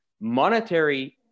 monetary